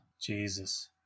jesus